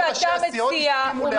נושא